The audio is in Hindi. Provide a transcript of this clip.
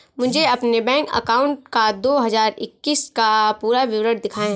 मुझे अपने बैंक अकाउंट का दो हज़ार इक्कीस का पूरा विवरण दिखाएँ?